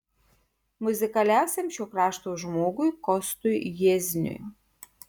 muzikaliausiam šio krašto žmogui kostui jiezniui